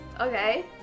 Okay